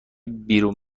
بیرون